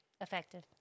effective